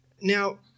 Now